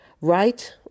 right